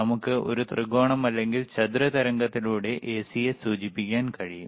നമുക്ക് ഒരു ത്രികോണം അല്ലെങ്കിൽ ചതുര തരംഗത്തിലൂടെ എസിയെ സൂചിപ്പിക്കാൻ കഴിയും